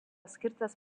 skirtas